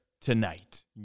Tonight